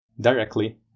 directly